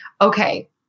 okay